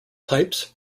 types